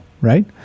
right